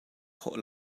khawh